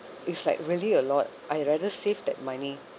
it's like really a lot I had rather save that money